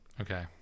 okay